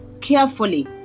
carefully